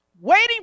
Waiting